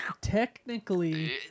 Technically